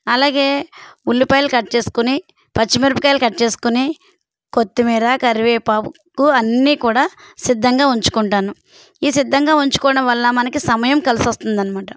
అలాగే ఉల్లిపాయలు కట్ చేసుకుని పచ్చిమిరపకాయలు కట్ చేసుకుని కొత్తిమీర కరివేపాకు అన్నీ కూడా సిద్ధంగా ఉంచుకుంటాను ఈ సిద్ధంగా ఉంచుకోవడం వల్ల మనకి సమయం కలిసొస్తుంది అన్నమాట